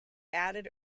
added